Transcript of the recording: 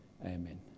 Amen